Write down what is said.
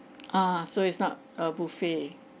ah so it's not a buffet